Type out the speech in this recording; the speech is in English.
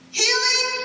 healing